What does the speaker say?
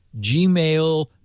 Gmail